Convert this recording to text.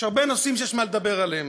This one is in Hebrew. יש הרבה נושאים שיש מה לדבר עליהם.